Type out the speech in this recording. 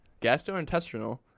gastrointestinal